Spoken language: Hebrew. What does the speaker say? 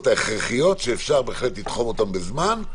ההכרחיות שאפשר בהחלט לתחום אותן בזמן,